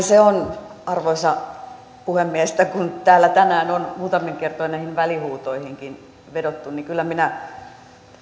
se on arvoisa puhemies että kun täällä tänään on muutamia kertoja näihin välihuutoihinkin vedottu niin kyllä minä